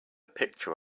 picture